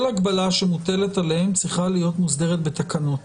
כל הגבלה שמוטלת עליהם צריכה להיות מוסדרת בתקנות